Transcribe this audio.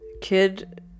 kid